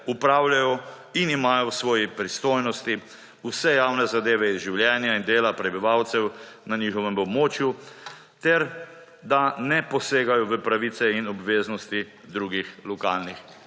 upravljajo in imajo v svoji pristojnosti vse javne zadeve iz življenja in dela prebivalcev na njihovem območju ter da ne posegajo v pravice in obveznosti drugih lokalnih